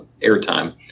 airtime